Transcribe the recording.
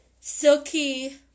silky